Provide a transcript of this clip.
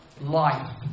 life